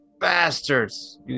bastards